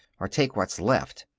or take what's left.